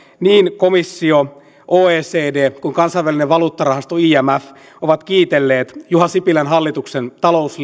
niin komissio oecd kuin kansainvälinen valuuttarahasto imf ovat kiitelleet juha sipilän hallituksen